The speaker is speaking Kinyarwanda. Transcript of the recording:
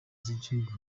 z’igihugu